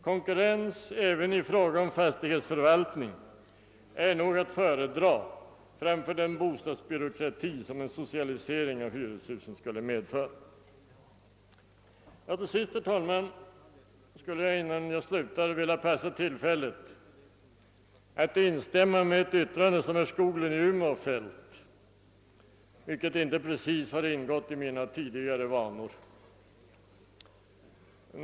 Konkurrens även i fråga om fastighetsförvaltning är nog att föredra framför den bostadsbyråkrati som en socialisering av hyreshusen skulle medföra. Herr talman! Innan jag avslutar mitt anförande vill jag ta tillfället i akt att instämma i ett yttrande av herr Skoglund i Umeå — något som inte precis brukar ingå i mina vanor.